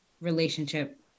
relationship